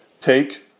take